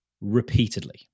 repeatedly